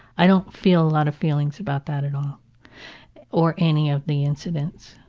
i don't feel a lot of feelings about that at all or any of the incidents.